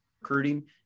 recruiting